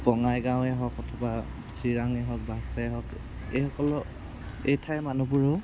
বঙাইগাওঁয়ে হওক অথবা চিৰাঙে হওক বাক্সায়ে হওক এই সকলো এই ঠাইৰ মানুহবোৰেও